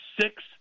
six